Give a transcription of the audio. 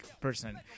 person